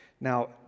Now